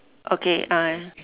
okay uh